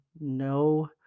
no